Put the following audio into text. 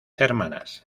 hermanas